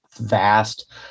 vast